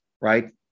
right